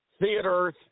theaters